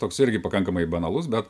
toks irgi pakankamai banalus bet